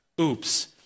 oops